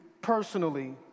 personally